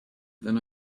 then